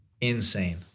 Insane